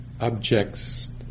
objects